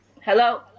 hello